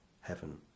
heaven